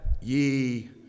ye